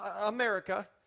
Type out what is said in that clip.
America